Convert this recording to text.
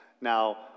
Now